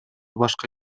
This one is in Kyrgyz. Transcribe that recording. башка